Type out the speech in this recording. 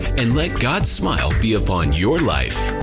and let god's smile be upon your life!